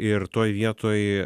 ir toj vietoj